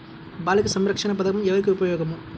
బాలిక సంరక్షణ పథకం ఎవరికి ఉపయోగము?